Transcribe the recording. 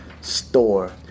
store